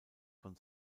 von